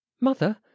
Mother